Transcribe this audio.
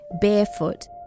barefoot